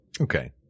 Okay